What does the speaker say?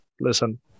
listen